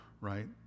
right